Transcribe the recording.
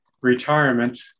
retirement